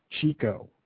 Chico